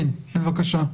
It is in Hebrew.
בבקשה.